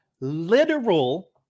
Literal